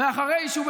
ואחרי שהוא,